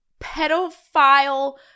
pedophile